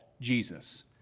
Jesus